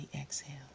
exhale